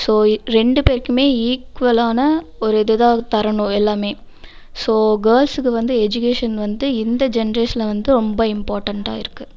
so ரெண்டு பேருக்குமே ஈக்குவலான ஒரு இதுதான் தரணும் எல்லாமே ஸோ கேள்ஸுக்கு வந்து எஜிகேஷன் வந்து இந்த ஜென்ரேஷன்ல வந்து ரொம்ப இம்பார்ட்டண்ட்டாக இருக்குது